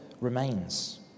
remains